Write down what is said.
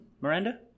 Miranda